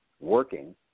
working